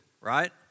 right